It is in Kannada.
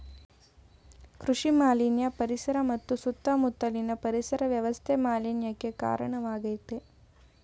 ಕೃಷಿ ಮಾಲಿನ್ಯ ಪರಿಸರ ಮತ್ತು ಸುತ್ತ ಮುತ್ಲಿನ ಪರಿಸರ ವ್ಯವಸ್ಥೆ ಮಾಲಿನ್ಯಕ್ಕೆ ಕಾರ್ಣವಾಗಾಯ್ತೆ